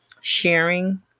sharing